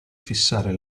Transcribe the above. fissare